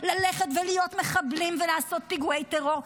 ללכת ולהיות מחבלים ולעשות פיגועי טרור.